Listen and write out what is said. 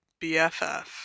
BFF